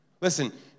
Listen